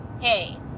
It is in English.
hey